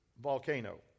Volcano